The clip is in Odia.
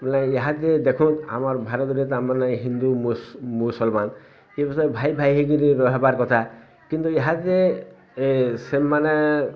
ବୋଲେ ଇହାଦେ ଦେଖନ୍ ଆମର୍ ଭାରତ ରେ ତା ମାନେ ହିନ୍ଦୁ ମୁସଲମାନ୍ ଏବେ ସବୁ ଭାଇ ଭାଇ ହେଇ କରି ରହିବାର୍ କଥା କିନ୍ତୁ ଏହାକା ସେମାନେ